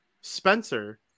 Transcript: Spencer